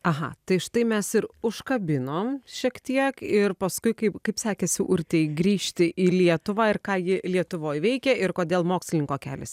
aha tai štai mes ir užkabinom šiek tiek ir paskui kaip kaip sekėsi urtei grįžti į lietuvą ir ką ji lietuvoj veikia ir kodėl mokslininko kelias